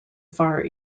far